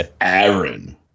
Aaron